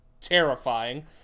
terrifying